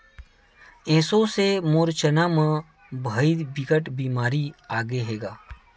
एसो से मोर चना म भइर बिकट बेमारी आगे हे गा